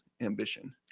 ambition